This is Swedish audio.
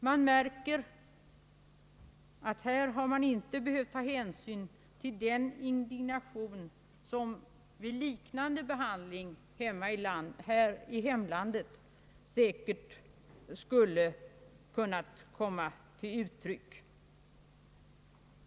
Man märker, att man inte behövt ta hänsyn till den indignation som vid liknande behandling här i hemlandet säkert skulle komma till uttryck.